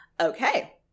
Okay